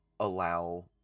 allow